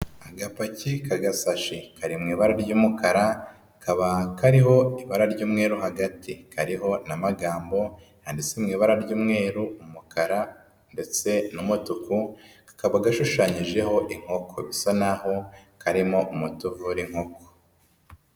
Agapaki k'agasashi kari mu ibara ry'umukara, kaba kariho ibara ry'umweru hagati, kariho n'amagambo yanditse mu ibara ry'umweru, umukara ndetse n'umutuku, kakaba gashushanyijeho inkoko, bisa nk'aho karimo umuti uvura inkoko.